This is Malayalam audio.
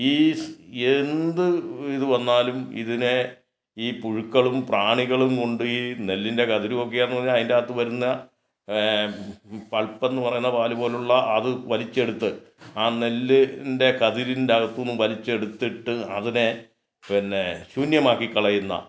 ഈ എന്ത് ഇത് വന്നാലും ഇതിനേ ഈ പുഴുക്കളും പ്രാണികളും കൊണ്ട് ഈ നെല്ലിൻ്റെ കതിരൊക്കെയാന്ന് അതിൻ്റെ അകത്തു വരുന്ന പൾപ്പെന്നു പറയുന്ന പാൽ പോലെയുള്ള അത് വലിച്ചെടുത്ത് ആ നെല്ലിൻ്റെ കതിരിൻ്റെ അകത്തു നിന്നും വലിച്ചെടുത്തിട്ട് അതിനെ പിന്നെ ശൂന്യമാക്കി കളയുന്ന